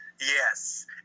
Yes